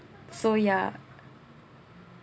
so ya